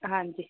ਹਾਂਜੀ